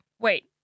Wait